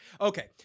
Okay